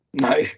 No